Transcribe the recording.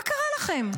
מה קרה לכם?